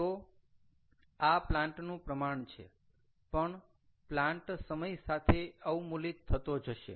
તો આ પ્લાન્ટ નું પ્રમાણ છે પણ પ્લાન્ટ સમય સાથે અવમૂલિત થતો જશે